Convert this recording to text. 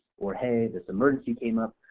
or hey this emergency came up,